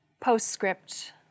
Postscript